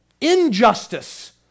Injustice